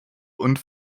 und